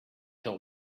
till